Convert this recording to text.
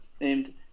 named